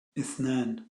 إثنان